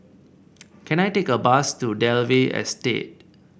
can I take a bus to Dalvey Estate